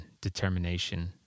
determination